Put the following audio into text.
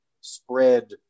spread